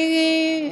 אני,